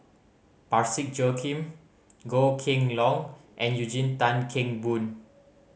Parsick Joaquim Goh Kheng Long and Eugene Tan Kheng Boon